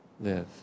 live